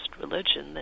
religion